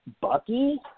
Bucky